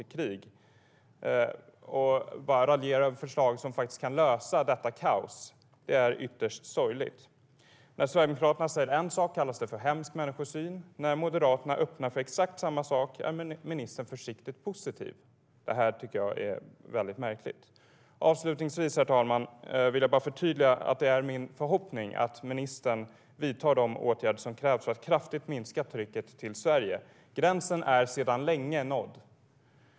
Sverigedemokraterna har exempelvis aldrig föreslagit att någon ska sändas tillbaka till krig. När Sverigedemokraterna säger en sak kallas det för hemsk människosyn. När Moderaterna öppnar för exakt samma sak är ministern försiktigt positiv. Det är väldigt märkligt. Avslutningsvis vill jag förtydliga att det är min förhoppning att ministern vidtar de åtgärder som krävs för att kraftigt minska trycket till Sverige. Gränsen är sedan länge nådd.